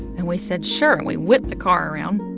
and we said sure. and we whipped the car around.